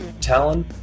Talon